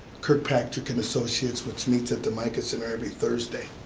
kirkpatrick and associates which meets at the micah center every thursday.